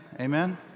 amen